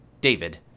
David